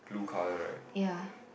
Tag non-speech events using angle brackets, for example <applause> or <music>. <breath> ya